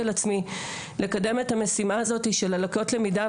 על עצמי לקדם את המשימה הזאתי של הלקויות למידה,